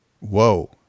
Whoa